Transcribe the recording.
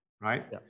Right